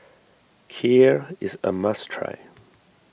Kheer is a must try